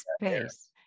space